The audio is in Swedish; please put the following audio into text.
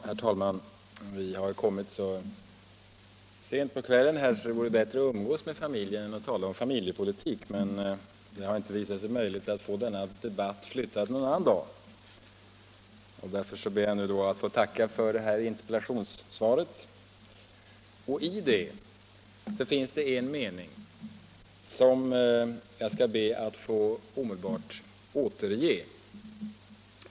Herr talman! Det har nu blivit så sent på kvällen att det vore bättre att umgås med familjen än att tala om familjepolitk, men det har inte visat sig möjligt att få denna debatt flyttad till någon annan dag. Jag ber därför nu att få tacka för det här svaret på min interpellation. I svaret finns en mening som jag skall be att få återge omedelbart.